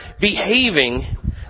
behaving